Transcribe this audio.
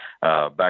back